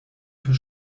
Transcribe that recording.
für